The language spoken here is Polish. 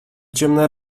ciemne